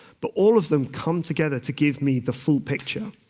but all of them come together to give me the full picture.